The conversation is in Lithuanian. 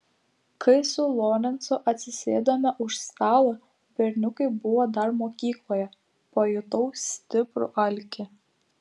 kai su lorencu atsisėdome už stalo berniukai buvo dar mokykloje pajutau stiprų alkį